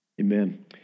amen